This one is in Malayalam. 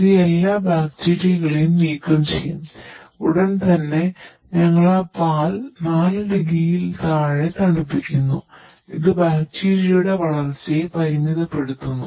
ഇത് എല്ലാ ബാക്ടീരിയകളെയും നീക്കം ചെയ്യും ഉടൻ തന്നെ ഞങ്ങൾ ആ പാൽ 4 ഡിഗ്രിയിൽ താഴെ തണുപ്പിക്കുന്നു ഇത് ബാക്ടീരിയയുടെ വളർച്ചയെ പരിമിതപ്പെടുത്തുന്നു